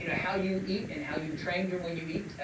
you know how you eat and how you trained her when you eat,